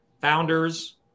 founders